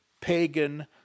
pagan